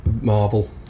Marvel